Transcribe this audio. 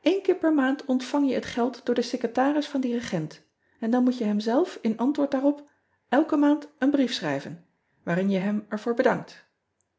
én keer per maand ontvang je het geld door den secretaris van dien regent en dan moet je hem zelf in antwoord ean ebster adertje angbeen daarop elke maand een brief schrijven waarin je hem er voor bedankt